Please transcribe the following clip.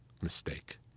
mistake